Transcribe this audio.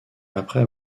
après